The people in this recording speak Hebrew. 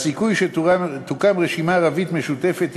הסיכוי שתוקם רשימה ערבית משותפת יגדל,